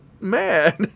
mad